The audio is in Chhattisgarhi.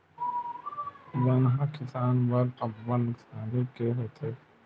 बन ह किसान बर अब्बड़ नुकसानी के होथे